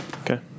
Okay